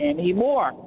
Anymore